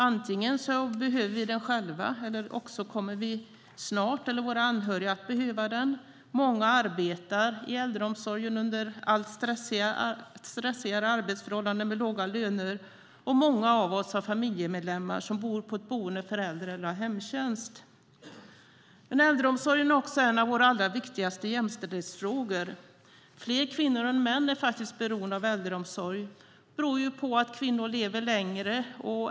Antingen behöver vi den själva eller också kommer vi eller våra anhöriga snart att behöva den. Många arbetar i äldreomsorgen under allt stressigare arbetsförhållanden med låga löner, och många av oss har familjemedlemmar som bor på ett boende för äldre eller har hemtjänst. Äldreomsorgen är också en av våra allra viktigaste jämställdhetsfrågor. Fler kvinnor än män är beroende av äldreomsorg. Det beror på att kvinnor lever längre.